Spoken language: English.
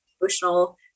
emotional